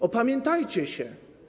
Opamiętajcie się.